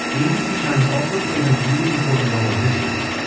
the nbc chimes also played a really important role in history.